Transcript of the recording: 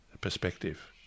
perspective